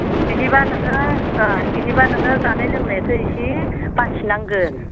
बिदिबा नोङो ओह बिदिबा नोङो जानाय लोंनायखौ एसे बासिनांगोन